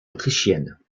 autrichienne